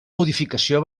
modificació